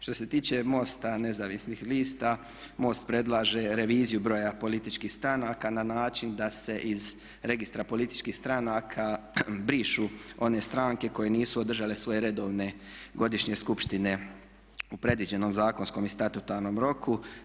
Što se tiče MOST-a nezavisnih lista MOST predlaže reviziju broja političkih stranaka na način da se iz registra političkih stranaka brišu one stranke koje nisu održale svoje redovne godišnje skupštine u predviđenom zakonskom i statutarnom roku.